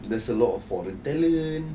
there's a lot of foreign talent